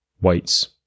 weights